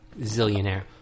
Zillionaire